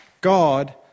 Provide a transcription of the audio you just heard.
God